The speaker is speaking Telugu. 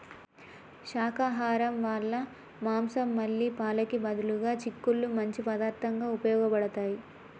శాకాహరం వాళ్ళ మాంసం మళ్ళీ పాలకి బదులుగా చిక్కుళ్ళు మంచి పదార్థంగా ఉపయోగబడతాయి